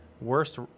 Worst